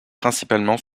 principalement